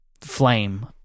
flame